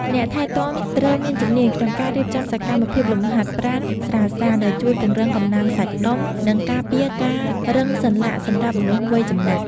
អ្នកថែទាំត្រូវមានជំនាញក្នុងការរៀបចំសកម្មភាពលំហាត់ប្រាណស្រាលៗ ដែលជួយពង្រឹងកម្លាំងសាច់ដុំ និងការពារការរឹងសន្លាក់សម្រាប់មនុស្សវ័យចំណាស់។